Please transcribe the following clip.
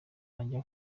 ajya